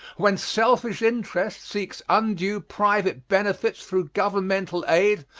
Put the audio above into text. when selfish interest seeks undue private benefits through governmental aid,